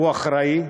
הוא אחראי,